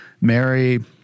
Mary